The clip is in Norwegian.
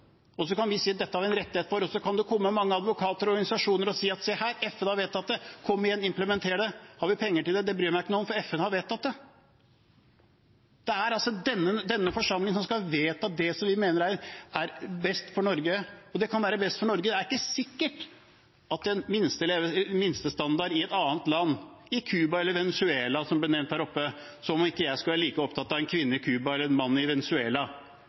en rettighet til det, og så kan det komme mange advokater og organisasjoner og si, se her, FN har vedtatt det, kom igjen, implementer det. Om vi har penger til det, bryr vi oss ikke om, for FN har vedtatt det. Det er altså denne forsamling som skal vedta det vi mener er best for Norge. En minstestandard i et annet land, i Cuba eller Venezuela, som ble nevnt her oppe – som om ikke jeg skulle være like opptatt av en kvinne i Cuba eller en mann i